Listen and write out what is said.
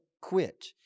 quit